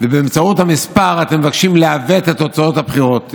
ובאמצעות המספר אתם מבקשים לעוות את תוצאות הבחירות.